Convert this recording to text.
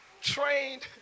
trained